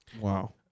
Wow